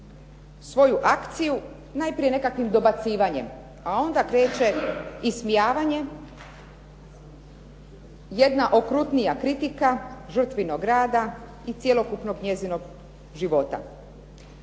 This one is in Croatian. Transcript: svoju akciju najprije nekakvim dobacivanje, a onda kreće ismijavanje, jedna okrutnija kritika žrtvinog rada i cjelokupnog njezinog života.